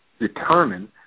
determine